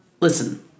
Listen